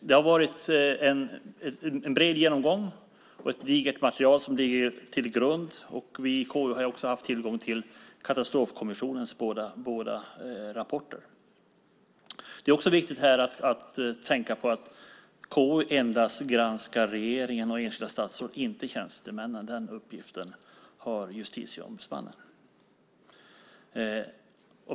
Det har varit en bred genomgång, och det är ett digert material som ligger till grund. KU har haft tillgång till Katastrofkommissionens båda rapporter. Det är också viktigt att tänka på att KU endast granskar regeringen och enskilda statsråd, inte tjänstemännen - den uppgiften har Justitieombudsmannen.